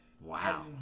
Wow